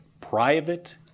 private